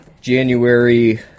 January